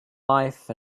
life